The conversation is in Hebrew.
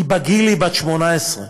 בגיל היא בת 18,